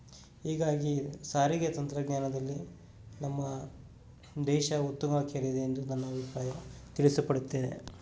ಹೀಗಾಗಿ ಸಾರಿಗೆ ತಂತಜ್ಞಾನದಲ್ಲಿ ನಮ್ಮ ದೇಶ ಉತ್ತುಂಗಕ್ಕೇರಿದೆ ಎಂದು ನನ್ನ ಅಭಿಪ್ರಾಯ ತಿಳಿಸಿ ಪಡುತ್ತೇನೆ